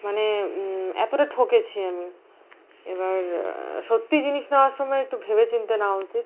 মানে এতটা ঠকেছি আমি এবার সত্যিই জিনিস নেওয়ার সময়ে একটু ভেবেচিন্তে নেওয়া উচিত